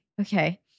okay